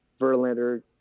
Verlander